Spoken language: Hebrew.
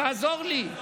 תעזור לי.